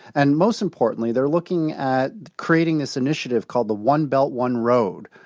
and most importantly, they're looking at creating this initiative called the one belt, one road,